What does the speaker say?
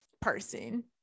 person